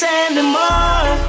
anymore